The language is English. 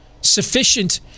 Sufficient